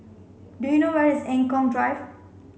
do you know where is Eng Kong Drive